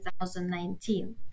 2019